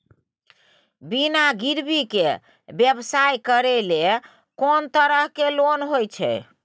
बिना गिरवी के व्यवसाय करै ले कोन तरह के लोन होए छै?